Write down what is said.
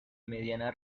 mediana